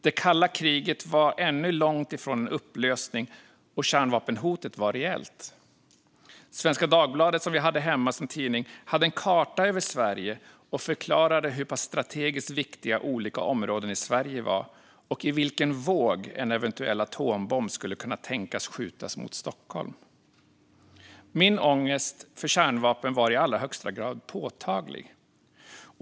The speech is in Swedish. Det kalla kriget var ännu långt ifrån en upplösning, och kärnvapenhotet var reellt. Svenska Dagbladet, som vi hade hemma, hade en karta över Sverige och förklarade hur pass strategiskt viktiga olika områden i Sverige var och i vilken våg en eventuell atombomb skulle kunna tänkas skjutas mot Stockholm. Min ångest för kärnvapen var i allra högsta grad påtaglig.